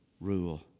rule